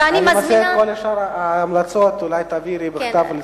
ואת שאר ההמלצות אולי תעבירי לשר בכתב.